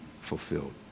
fulfilled